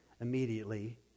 immediately